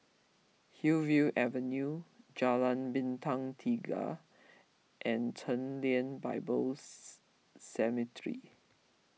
Hillview Avenue Jalan Bintang Tiga and Chen Lien Bibles Seminary